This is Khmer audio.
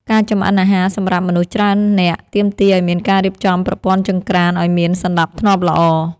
ការចម្អិនអាហារសម្រាប់មនុស្សច្រើននាក់ទាមទារឱ្យមានការរៀបចំប្រព័ន្ធចង្ក្រានឱ្យមានសណ្តាប់ធ្នាប់ល្អ។